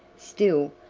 still,